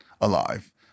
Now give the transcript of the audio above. alive